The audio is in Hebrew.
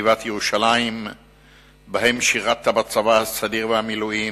וחטיבת ירושלים שבהן שירתת בצבא הסדיר ובמילואים,